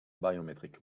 biometric